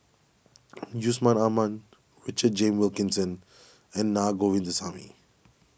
Yusman Aman Richard James Wilkinson and Naa Govindasamy